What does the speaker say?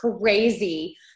crazy